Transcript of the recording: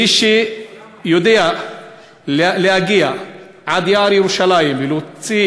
מי שיודע להגיע עד יער-ירושלים ולהוציא